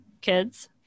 kids